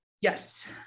Yes